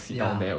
ya